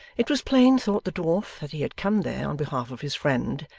it was plain, thought the dwarf, that he had come there, on behalf of his friend,